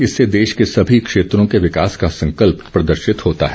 इससे देश के सभी क्षेत्रों के विकास का संकल्प प्रदर्शित होता है